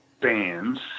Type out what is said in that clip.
bands